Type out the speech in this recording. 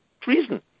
treason